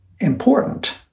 important